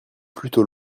plutôt